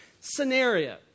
scenario